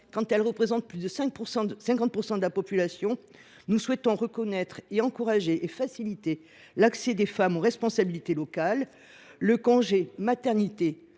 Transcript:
qu’elles représentent plus de 50 % de la population, nous souhaitons reconnaître, encourager et faciliter l’accès des femmes aux responsabilités locales. Le congé maternité